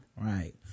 Right